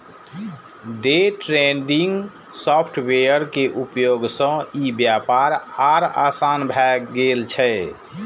day trading software के उपयोग सं ई व्यापार आर आसान भए गेल छै